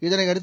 இதனையடுத்து